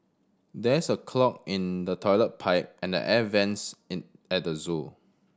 there's a clog in the toilet pipe and the air vents in at the zoo